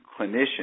clinicians